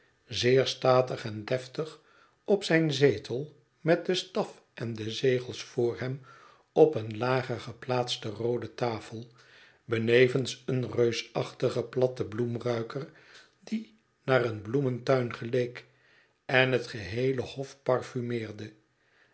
zeer statig en deftig op zijn zetel met den staf en de zegels voor hem op eene lager geplaatste roode tafel benevens een reusachtigen platten bloemruiker die naar een bloementuin geleek en het geheele hof parfumeerde